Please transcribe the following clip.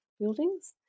buildings